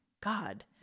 God